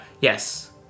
yes